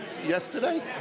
yesterday